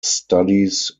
studies